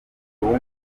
wumva